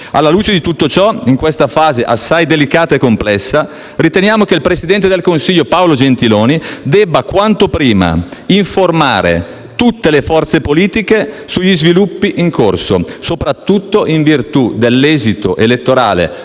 Alla luce di tutto ciò, in questa fase assai delicata e complessa, riteniamo che il presidente del Consiglio dei ministri Paolo Gentiloni Silveri debba quanto prima informare il Senato sugli sviluppi in corso, soprattutto in virtù dell’esito elettorale